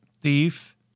...thief